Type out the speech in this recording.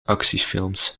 actiefilms